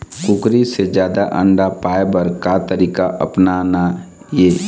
कुकरी से जादा अंडा पाय बर का तरीका अपनाना ये?